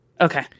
Okay